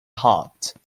heart